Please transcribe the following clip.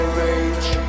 rage